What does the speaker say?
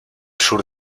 sur